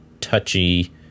touchy